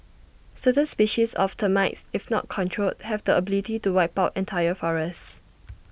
certain species of termites if not controlled have the ability to wipe out entire forests